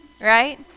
right